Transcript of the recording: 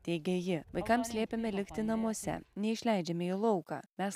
teigė ji vaikams liepiame likti namuose neišleidžiame į lauką mes